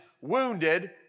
wounded